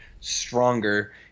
stronger